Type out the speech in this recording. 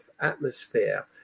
atmosphere